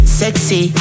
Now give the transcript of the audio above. sexy